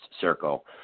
circle